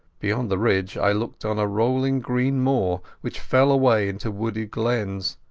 beyond the ridge i looked on a rolling green moor, which fell away into wooded glens.